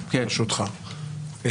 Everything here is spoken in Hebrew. ברשותך,